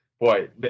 Boy